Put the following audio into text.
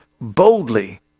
boldly